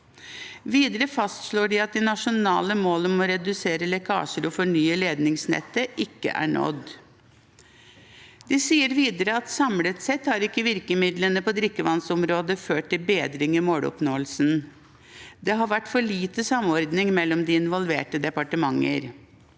Videre fastslår de at de nasjonale målene om å redusere lekkasjer og fornye ledningsnettet ikke er nådd. De sier videre at virkemidlene på drikkevannsområdet ikke har ført til bedring i måloppnåelsen samlet sett. Det har vært for lite samordning mellom de involverte departementer.